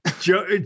Joe